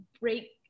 break